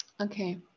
Okay